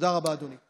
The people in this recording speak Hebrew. תודה רבה, אדוני.